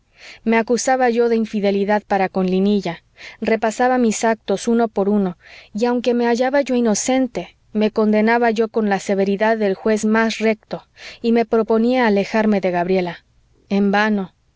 me acusaba yo de infidelidad para con linilla repasaba mis actos uno por uno y aunque me hallaba yo inocente me condenaba yo con la severidad del juez más recto y me proponía alejarme de gabriela en vano